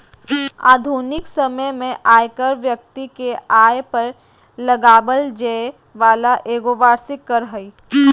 आधुनिक समय में आयकर व्यक्ति के आय पर लगाबल जैय वाला एगो वार्षिक कर हइ